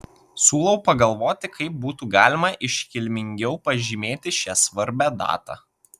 siūlau pagalvoti kaip būtų galima iškilmingiau pažymėti šią svarbią datą